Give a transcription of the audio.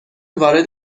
وارد